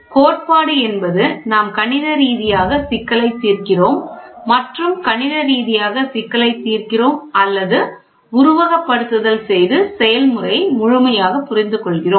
கோட்பாடு என்பது நாம் கணித ரீதியாக சிக்கலை தீர்க்கிறோம் மற்றும் கணித ரீதியாக சிக்கலை தீர்க்கிறோம் அல்லது உருவகப்படுத்துதல் செய்து செயல்முறையை முழுமையாக புரிந்துகொள்கிறோம்